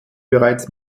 bereits